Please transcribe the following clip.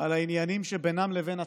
על העניינים שבינם לבין עצמם,